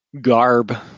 garb